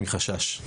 מחשש.